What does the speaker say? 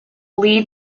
leigh